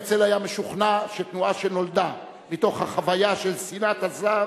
הרצל היה משוכנע שתנועה שנולדה מתוך החוויה של שנאת הזר,